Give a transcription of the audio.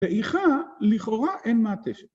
ואיחה לכאורה אין מעטפת